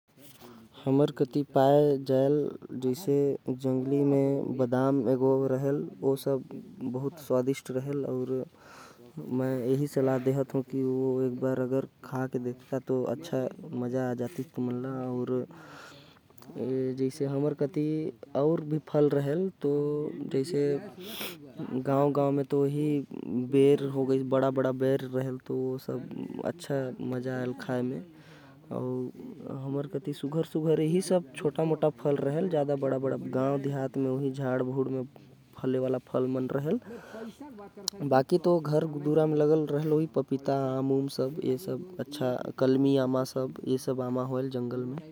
हमर कति छिपल फल जो पाए जाथे ओ सब होथे बादाम ए गो बड़का बेर कलमी आमा अउ कुछ कुछ अलग अलग फल। मन मिलथे हमर जंगल मन म।